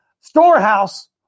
storehouse